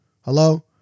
Hello